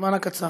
בזמן הקצר.